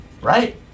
right